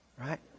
Right